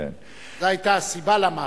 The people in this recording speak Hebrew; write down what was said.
זו היתה הסיבה למהפכה.